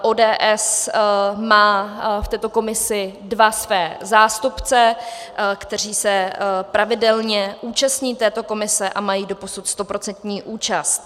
ODS má v této komisi dva své zástupce, kteří se pravidelně účastní této komise a mají doposud stoprocentní účast.